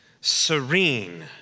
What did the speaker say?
serene